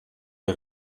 des